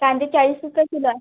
कांदे चाळीस रुपये किलो आहे